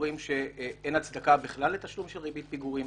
סבורים שאין הצדקה בכלל לתשלום של ריבית פיגורים,